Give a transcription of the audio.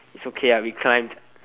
it's okay lah we climbed